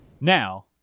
Now